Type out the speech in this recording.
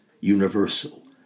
universal